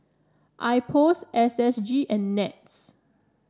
IPOS S S G and NETS